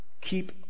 keep